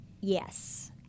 Yes